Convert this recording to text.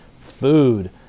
food